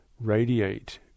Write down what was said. radiate